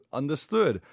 understood